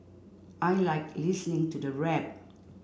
I like listening to the rap